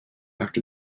after